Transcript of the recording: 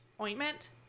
ointment